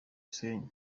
gisenyi